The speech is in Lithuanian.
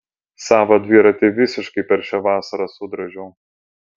savo dviratį visiškai per šią vasarą sudrožiau